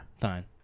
Fine